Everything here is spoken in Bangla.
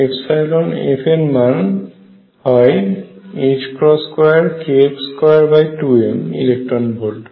অর্থাৎ এক্ষেত্রে F এর মান হয় 2kF22m ইলেকট্রন ভোল্ট